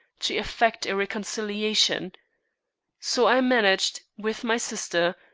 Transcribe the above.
to effect a reconciliation so i managed, with my sister,